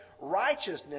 Righteousness